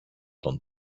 τον